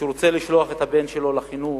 שרוצה לשלוח את הבן שלו לחינוך,